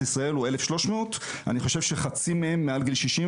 ישראל הוא 1,300. אני חושב שחצי מהם מעל גיל 65,